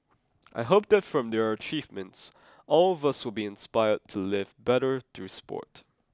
I hope that from their achievements all of us will be inspired to live better through sport